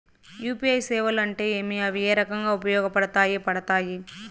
UPI సేవలు అంటే ఏమి, అవి ఏ రకంగా ఉపయోగపడతాయి పడతాయి?